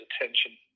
attention